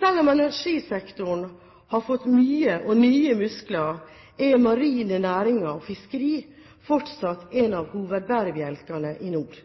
Selv om energisektoren har fått mye og nye muskler, er marine næringer og fiskeri fortsatt en av hovedbærebjelkene i nord.